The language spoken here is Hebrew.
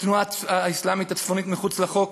התנועה האסלאמית הצפונית, מחוץ לחוק,